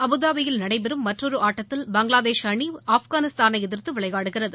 அபுதாபியில் நடைபெறும் மற்றொரு ஆட்டத்தில் பங்களாதேஷ் அணி ஆப்கானிஸ்தானை எதிர்த்து விளையாடுகிறது